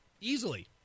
Easily